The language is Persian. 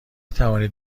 توانید